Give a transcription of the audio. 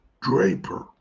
Draper